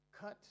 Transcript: Cut